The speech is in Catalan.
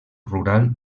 rural